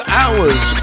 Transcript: hours